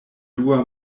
dua